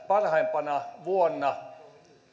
parhaimpana vuonna